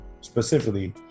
specifically